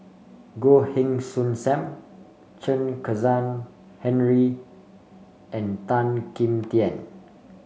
Goh Heng Soon Sam Chen Kezhan Henri and Tan Kim Tian